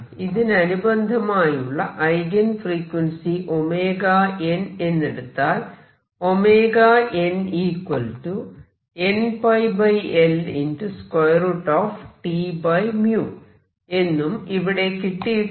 ഇതിനനുബന്ധമായുള്ള eigen frequency nഎന്നെടുത്താൽ എന്നും ഇവിടെ കിട്ടിയിട്ടുണ്ട്